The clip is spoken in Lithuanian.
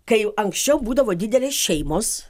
kai jau anksčiau būdavo didelės šeimos